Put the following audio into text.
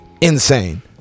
insane